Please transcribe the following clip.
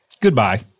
Goodbye